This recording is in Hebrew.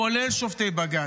כולל שופטי בג"ץ.